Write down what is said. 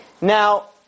Now